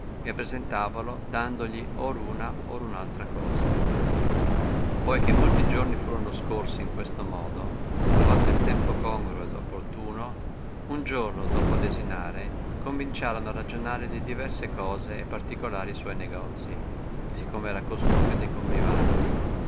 e presentavalo dandogli or una or un'altra cosa poi che molti giorni furono scorsi in questo modo trovato il tempo congruo ed opportuno un giorno dopo desinare cominciarono a ragionare di diverse cose e particolari suoi negozii si come è costume de convivanti